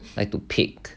like to pick